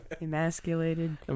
Emasculated